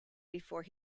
before